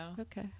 Okay